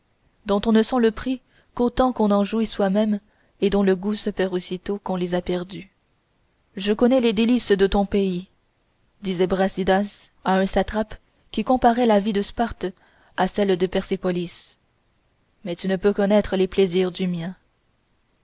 dont on ne sent le prix qu'autant qu'on en jouit soi-même et dont le goût se perd sitôt qu'on les a perdues je connais les délices de ton pays disait brasidas à un satrape qui comparait la vie de sparte à celle de persépolis mais tu ne peux connaître les plaisirs du mien